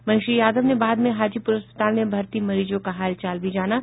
वहीं श्री यादव ने बाद में हाजीपुर अस्पताल में भर्ती मरीजों का हाल चाल भी जाना